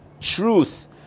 truth